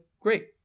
great